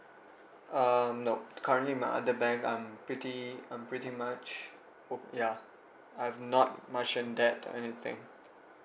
um nope currently my other bank I'm pretty I'm pretty much o~ ya I've not much in debt or anything